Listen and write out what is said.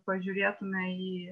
pažiūrėtume į